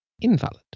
invalid